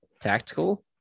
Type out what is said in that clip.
tactical